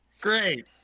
Great